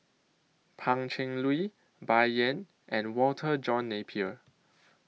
Pan Cheng Lui Bai Yan and Walter John Napier